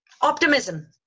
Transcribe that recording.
Optimism